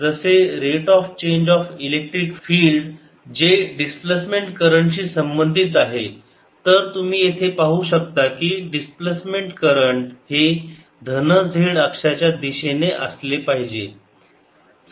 जसे rate of change of electric field जे displacement current शी संबंधित आहे तर तुम्ही येथे पाहू शकता की डिस्प्लेसमेंट करंट हे धन z अक्षाच्या दिशेने असले पाहिजे